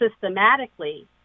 systematically